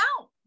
out